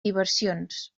diversions